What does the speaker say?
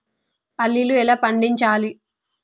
పల్లీలు ఎలా పండించాలి?